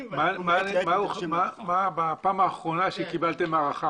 --- מה נאמר בפעם האחרונה שקיבלתם הארכה?